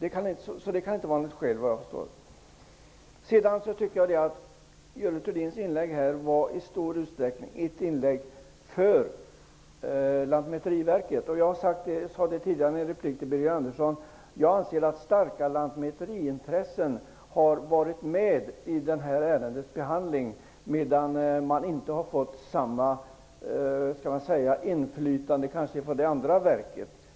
Jag tycker att Görel Thurdins inlägg i stor utsträckning var ett inläggg för Lantmäteriverket. Jag sade tidigare i en replik till Birger Andersson att jag anser att starka lantmäteriintressen har varit med i ärendebehandlingen medan det andra verket inte har haft samma inflytande.